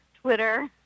Twitter